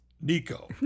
Nico